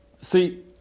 See